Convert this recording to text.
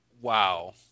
Wow